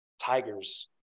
tigers